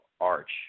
arch